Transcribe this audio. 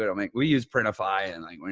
but i mean we use printify and i mean